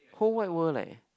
whole wide world like